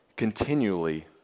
continually